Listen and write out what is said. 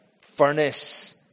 furnace